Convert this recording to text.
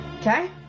Okay